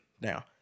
now